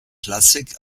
klassik